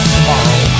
Tomorrow